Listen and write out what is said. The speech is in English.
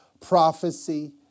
prophecy